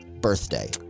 birthday